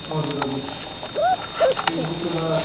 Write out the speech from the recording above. हजुर हजुर ए त्यसो भए